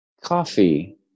coffee